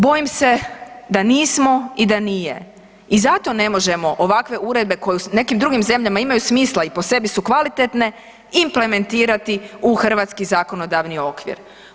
Bojim se da nismo i da nije i zato ne možemo ovakve uredbe koje u nekim drugim zemljama imaju smisla i po sebi su kvalitetne, implementirati u hrvatski zakonodavni okvir.